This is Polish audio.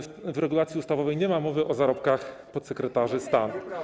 W regulacji ustawowej nie ma mowy o zarobkach podsekretarzy stanu.